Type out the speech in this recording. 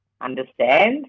understand